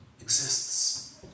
exists